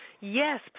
Yes